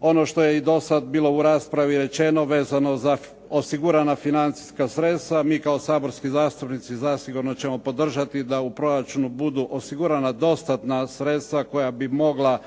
ono što je i do sad bilo u raspravi rečeno vezano za osigurana financijska sredstva. Mi kao saborski zastupnici zasigurno ćemo podržati da u proračunu budu osigurana dostatna sredstva koja bi mogal